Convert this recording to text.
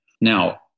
Now